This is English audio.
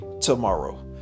tomorrow